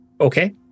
Okay